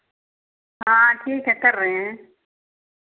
हाँ ठीक है कर रहे हैं